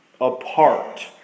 apart